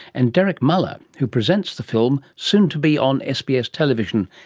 and derek muller who presents the film, soon to be on sbs television,